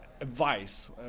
advice